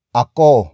ako